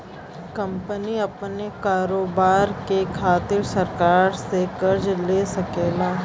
company अपने कारोबार के खातिर सरकार से कर्ज ले सकेला